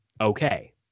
okay